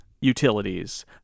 utilities